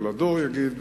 ולדור יגיד,